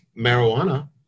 marijuana